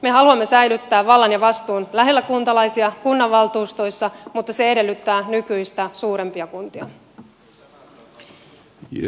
me haluamme säilyttää vallan ja vastuun lähellä kuntalaisia kunnanvaltuustoissa mutta se edellyttää nykyistä suurempia kuntia